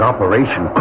Operation